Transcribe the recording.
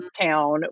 town